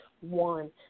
one